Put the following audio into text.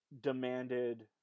demanded